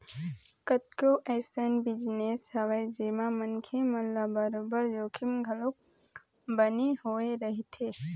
कतको अइसन बिजनेस हवय जेमा मनखे मन ल बरोबर जोखिम घलोक बने होय रहिथे